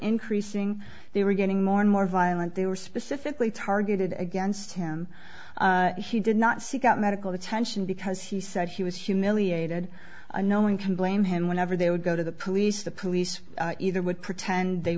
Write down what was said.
increasing they were getting more and more violent they were specifically targeted against him he did not seek out medical attention because he said he was humiliated and no one can blame him whenever they would go to the police the police either would pretend they